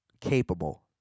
capable